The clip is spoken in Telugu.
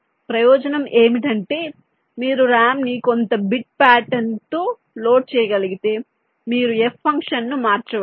ప్రయోజనం ఏమిటంటే మీరు ర్యామ్ను కొంత బిట్ పాటర్న్ తో లోడ్ చేయగలిగితే మీరు F ఫంక్షన్ను మార్చవచ్చు